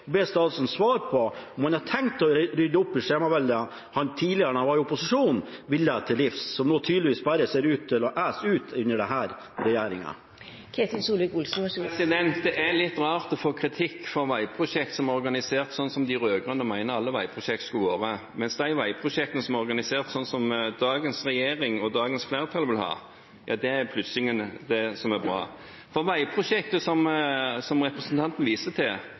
statsråden svare på om han har tenkt å rydde opp i det skjemaveldet han tidligere, da han var i opposisjon, ville til livs, som nå tydeligvis ser ut til å ese ut under denne regjeringen. Det er litt rart å få kritikk for veiprosjekter som er organisert slik som de rød-grønne mener alle veiprosjekter skulle være, mens de veiprosjektene som er organisert slik som dagens regjering og dagens flertall vil ha, plutselig er det som er bra. Veiprosjektet som representanten viser til,